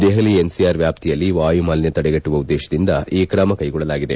Delhi NCR ವ್ಯಾಪ್ತಿಯಲ್ಲಿ ವಾಯುಮಾಲಿನ್ಯ ತಡೆಗಟ್ಟುವ ಉದ್ದೇಶದಿಂದ ಈ ಕ್ರಮ ಕೈಗೊಳ್ಳಲಾಗಿದೆ